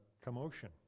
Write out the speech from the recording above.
commotion